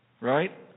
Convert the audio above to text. Right